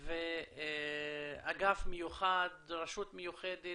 ואגף מיוחד, רשות מיוחדת,